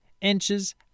inches